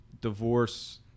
divorce